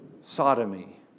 sodomy